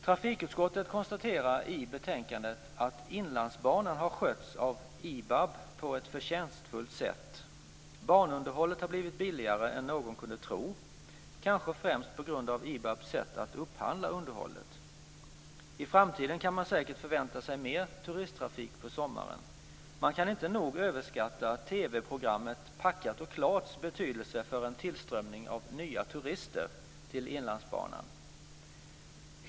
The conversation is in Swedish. Trafikutskottet konstaterar i betänkandet att Inlandsbanan har skötts av IBAB på ett förtjänstfullt sätt. Banunderhållet har blivit billigare än någon kunde tro, kanske främst på grund av IBAB:s sätt att upphandla underhållet. I framtiden kan man säkert förvänta sig mer turisttrafik på sommaren. Man kan inte nog överskatta TV-programmet Packat och klarts betydelse för en tillströmning av nya turister till Inlandsbanan.